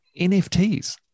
NFTs